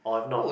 or have not